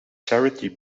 charity